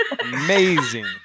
amazing